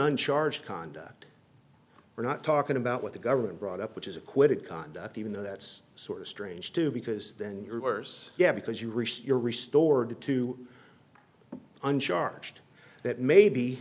one charge conduct we're not talking about what the government brought up which is acquitted conduct even though that's sort of strange too because then you're worse yeah because you risk your restored to uncharged that maybe